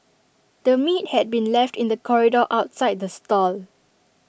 the meat had been left in the corridor outside the stall